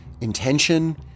intention